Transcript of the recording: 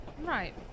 Right